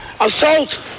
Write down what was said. Assault